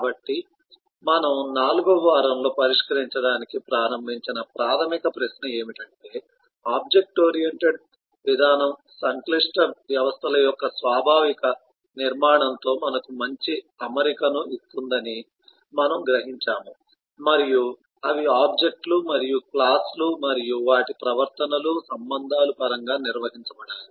కాబట్టి మనము 4 వ వారంలో పరిష్కరించడానికి ప్రారంభించిన ప్రాథమిక ప్రశ్న ఏమిటంటే ఆబ్జెక్ట్ ఓరియెంటెడ్ విధానం సంక్లిష్ట వ్యవస్థల యొక్క స్వాభావిక నిర్మాణంతో మనకు మంచి అమరికను ఇస్తుందని మనము గ్రహించాము మరియు అవి ఆబ్జెక్ట్ లు మరియు క్లాస్ లు మరియు వాటి ప్రవర్తనలు సంబంధాల పరంగా నిర్వహించబడాలి